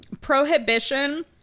prohibition